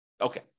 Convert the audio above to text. Okay